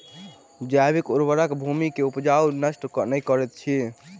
जैविक उर्वरक भूमि के उपजाऊपन नष्ट नै करैत अछि